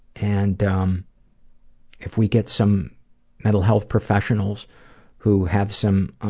and um if we get some mental health professionals who have some